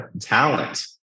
talent